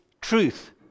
truth